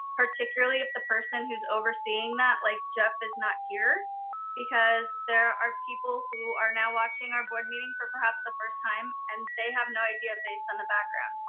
particularly if the person who's overseeing that, like jeff is not here because there are people who are now watching our board meeting for perhaps the first time. and they have no idea based on the background.